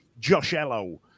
Joshello